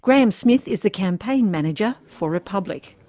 graham smith is the campaign manager for republic.